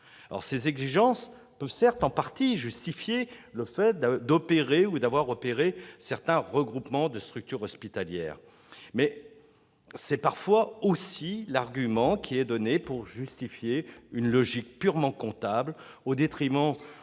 Ces exigences peuvent en partie justifier le fait d'avoir opéré certains regroupements de structures hospitalières. C'est parfois aussi l'argument qui est avancé pour légitimer une logique purement comptable au détriment